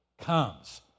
comes